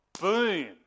boom